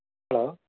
hello